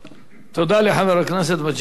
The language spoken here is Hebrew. תודה לחבר הכנסת מגלי והבה.